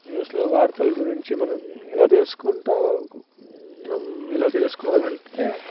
న్యూస్లో వార్తలు గురించి మనం ఇలా తెల్సుకుంటా మనం ఇలా తెలుసుకోవాలి అంటే